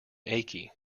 achy